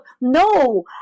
No